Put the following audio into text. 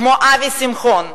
כמו אבי שמחון,